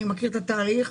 אני מכיר את התהליך,